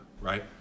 right